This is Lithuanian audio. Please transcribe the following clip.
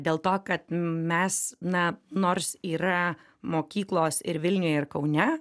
dėl to kad mes na nors yra mokyklos ir vilniuje ir kaune